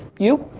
you?